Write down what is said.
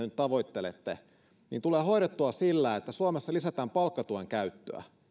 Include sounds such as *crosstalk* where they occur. *unintelligible* nyt tavoittelette tulee hoidettua sillä että suomessa lisätään palkkatuen käyttöä